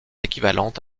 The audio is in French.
équivalente